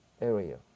area